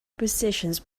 positions